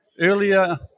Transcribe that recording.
earlier